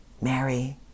Mary